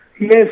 yes